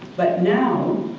but now,